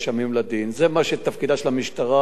זה תפקידה של המשטרה,